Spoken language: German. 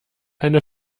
eine